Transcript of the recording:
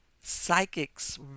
psychics